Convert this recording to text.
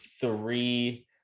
three